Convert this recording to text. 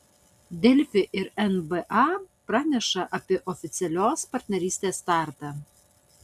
delfi ir nba praneša apie oficialios partnerystės startą